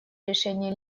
решения